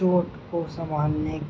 چوٹ کو سنبھالنے